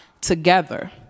together